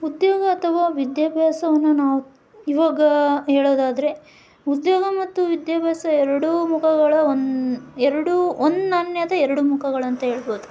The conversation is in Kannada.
ಉದ್ಯೋಗ ಅಥವಾ ವಿದ್ಯಾಭ್ಯಾಸವನ್ನು ನಾವು ಇವಾಗ ಹೇಳೋದಾದರೆ ಉದ್ಯೋಗ ಮತ್ತು ವಿದ್ಯಾಭ್ಯಾಸ ಎರಡೂ ಮುಖಗಳ ಒನ್ ಎರಡೂ ಒನ್ ನಾಣ್ಯದ ಎರಡು ಮುಖಗಳಂತ ಹೇಳ್ಬೋದು